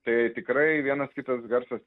tai tikrai vienas kitas garsas